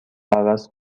عوض